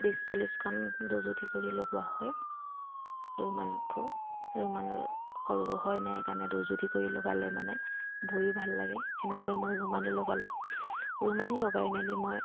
বিছ চল্লিছখন দুজুতি কৰি লগোৱা হয় ৰুমালবোৰ ৰুমাল সৰু হয় কাৰণে দুজুতি কৰি লগালে মানে বৈয়ো ভাল লাগে সেনেদৰে মই ৰুমালো লগালোঁ ৰুমাল লগাই মেলি মই